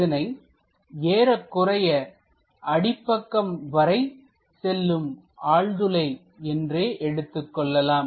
இதனை ஏறக்குறைய அடிப்பக்கம் வரை செல்லும் ஆழ்துளை என்றே எடுத்துக் கொள்ளலாம்